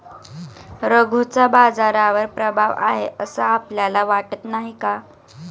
रघूचा बाजारावर प्रभाव आहे असं आपल्याला वाटत नाही का?